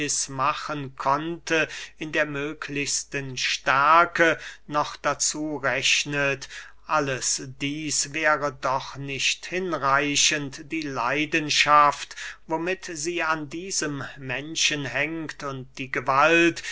machen konnte in der möglichsten stärke noch dazu rechnet alles dieß wäre doch nicht hinreichend die leidenschaft womit sie an diesem menschen hängt und die gewalt